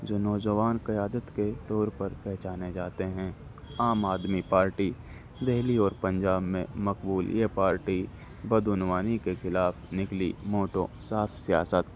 جو نوجوان قیادت کے طور پر پہچانے جاتے ہیں عام آدمی پارٹی دہلی اور پنجاب میں مقبولیہ پارٹی بدعنوانی کے خلاف نکلی موٹوں صاف سیاست